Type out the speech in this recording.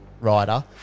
rider